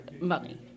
money